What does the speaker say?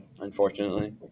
unfortunately